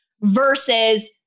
versus